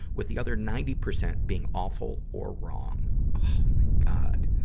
with the other ninety percent being awful or wrong. oh my god!